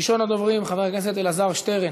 ראשון הדוברים, חבר הכנסת אלעזר שטרן.